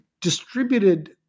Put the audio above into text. distributed